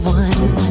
one